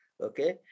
okay